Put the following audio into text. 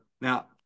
Now